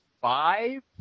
five